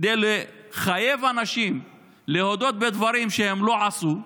כדי לחייב אנשים להודות בדברים שהם לא עשו,